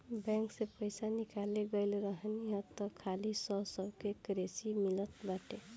bank से पईसा निकाले गईल रहनी हअ तअ खाली सौ सौ के करेंसी मिलल बाटे